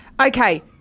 Okay